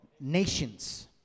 Nations